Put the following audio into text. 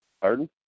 Pardon